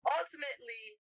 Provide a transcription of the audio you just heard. Ultimately